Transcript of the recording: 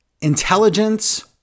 intelligence